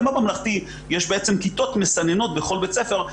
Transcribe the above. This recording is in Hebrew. גם בממלכתי יש כיתות מסננות בכל בית ספר.